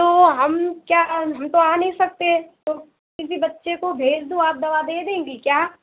तो हम क्या हम तो आ नहीं सकते तो किसी बच्चे को भेज दो आप दवा दे देंगी क्या